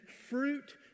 fruit